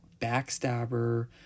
backstabber